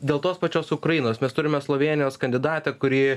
dėl tos pačios ukrainos mes turime slovėnijos kandidatę kuri